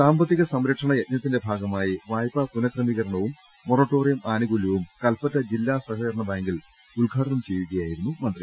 സാമ്പത്തിക സംരക്ഷണ യജ്ഞത്തിന്റെ ഭാഗമായി വായ്പാ പുന ക്രമീകരണവും മൊറട്ടോറിയം ആനുകൂല്യവും കൽപ്പറ്റ ജില്ലാ സഹ കരണ ബാങ്കിൽ ഉദ്ഘാടനം ചെയ്യുകയായിരുന്നു മന്ത്രി